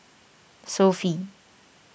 Sofy